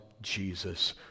Jesus